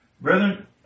Brethren